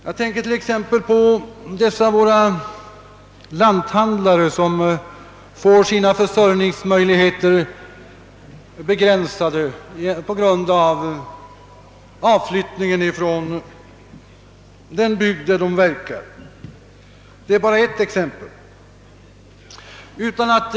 Jag tänker t.ex. på lanthandlare som får sina försörjningsmöjligheter begränsade på grund av avflytt ningen från den bygd där de verkar. Detta är bara ett exempel bland många.